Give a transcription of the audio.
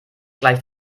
gleich